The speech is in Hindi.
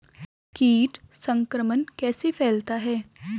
कीट संक्रमण कैसे फैलता है?